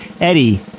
Eddie